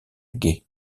gué